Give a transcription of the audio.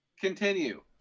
continue